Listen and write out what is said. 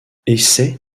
essaie